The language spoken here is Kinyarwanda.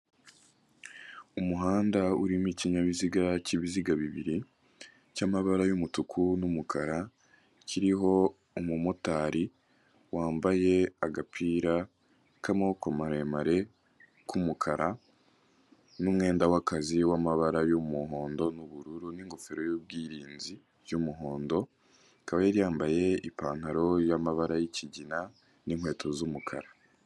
Umuhanda urimo ikinyabiziga cy'ibiziga bibiri cy'amabara y'umutuku n'umukara, kiriho umumotari wambaye agapira k'amaboko maremare k'umukara n'umwenda w'akazi wamabara y'umuhondo n'ubururu n'ingofero y'ubwirinzi by'umuhondo, akaba yari yambaye ipantaro yamabara y'ikigina n'inkweto z'umukara.